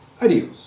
Adios